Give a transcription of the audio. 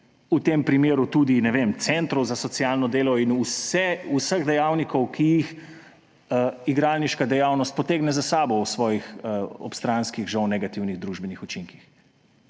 v tem primeru tudi centrov za socialno delo in vseh dejavnikov, ki jih igralniška dejavnost potegne za sabo ob svojih obstranskih, žal negativnih, družbenih učinkih.